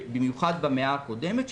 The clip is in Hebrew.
במיוחד במאה הקודמת,